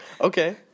Okay